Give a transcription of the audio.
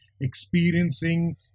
experiencing